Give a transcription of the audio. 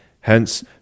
Hence